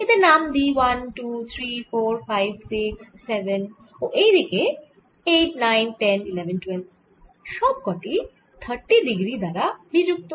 এদের নাম দিই 1 2 3 4 5 6 7 ও এই দিকে 8 9 10 11 12 সব কটি 30 ডিগ্রী দ্বারা বিযুক্ত